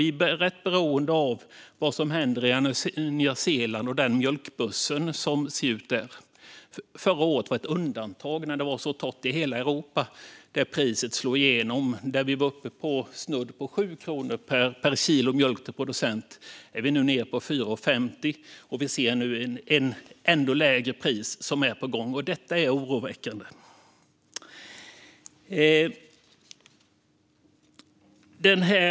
Vi är rätt beroende av vad som händer i Nya Zeeland och hur mjölkbörsen där ser ut. Förra året, när det var så torrt i hela Europa, var ett undantag. Då slog priset igenom, och vi var uppe på snudd på 7 kronor per kilo mjölk till producent. Nu är vi nere på 4,50, och vi ser att ett ännu lägre pris är på gång. Detta är oroväckande.